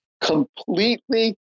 completely